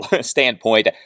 standpoint